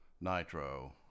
nitro